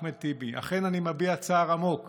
אחמד טיבי, אכן אני מביע צער עמוק